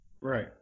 Right